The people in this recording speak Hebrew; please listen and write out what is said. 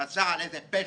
מכסה על איזה פשע.